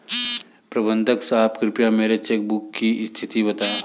प्रबंधक साहब कृपया मेरे चेक भुगतान की स्थिति बताएं